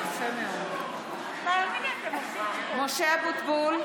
(קוראת בשמות חברי הכנסת) משה אבוטבול,